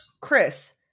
Chris